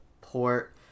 port